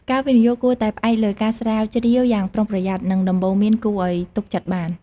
ការវិនិយោគគួរតែផ្អែកលើការស្រាវជ្រាវយ៉ាងប្រុងប្រយ័ត្ន និងដំបូន្មានគួរឱ្យទុកចិត្តបាន។